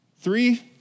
Three